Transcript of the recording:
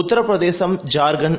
Uttar Pradesh Jharkhand